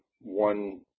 one